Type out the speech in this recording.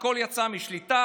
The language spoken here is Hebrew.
הכול יצא משליטה,